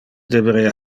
deberea